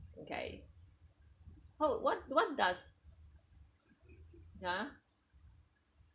okay how what what does yeah